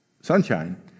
sunshine